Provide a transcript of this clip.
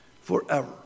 forever